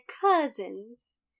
cousins